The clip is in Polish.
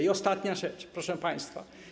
I ostatnia rzecz, proszę państwa.